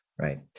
right